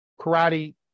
karate